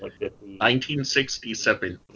1967